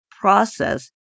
process